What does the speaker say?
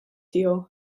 tiegħu